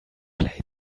blades